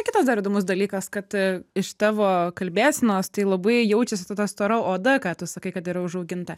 kitas dar įdomus dalykas kad iš tavo kalbėsenos tai labai jaučiasi ta tavo stora oda ką tu sakai kad yra užauginta